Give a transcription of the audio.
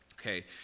Okay